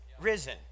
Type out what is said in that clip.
risen